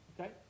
Okay